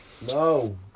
No